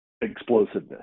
explosiveness